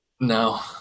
No